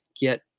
get